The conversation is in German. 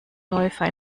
läufer